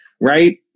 right